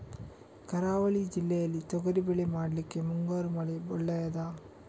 ಕರಾವಳಿ ಜಿಲ್ಲೆಯಲ್ಲಿ ತೊಗರಿಬೇಳೆ ಮಾಡ್ಲಿಕ್ಕೆ ಮುಂಗಾರು ಮಳೆ ಒಳ್ಳೆಯದ?